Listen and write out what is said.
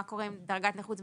מה קורה עם דרגת נכות זמנית.